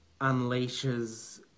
unleashes